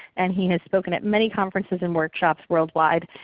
and he has spoken at many conferences and workshops worldwide,